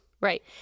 right